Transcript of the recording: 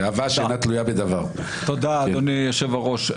אדוני היושב-ראש,